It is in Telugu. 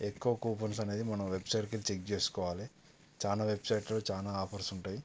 ఎక్కువ కూపన్స్ అనేది మనం వెబ్సైట్కి వెళ్లి చెక్ చేసుకోవాలి చాలా వెబ్సైట్లో చాలా ఆఫర్స్ ఉంటాయి